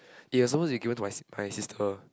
it was supposed to given to my s~ my sister